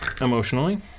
emotionally